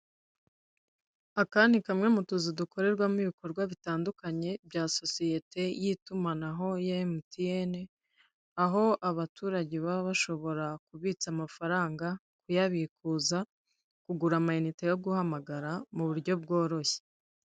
Aka ni kamwe mu tuzu dukorerwamo ibikorwa bitandukanye bya sosiyete y'itumanaho ya emutiyeni, aho abaturage baba bashobora kubitsa amafaranga, kuyabikuza, kugura ameyinite yo guhamagara mu buryo bworoshye.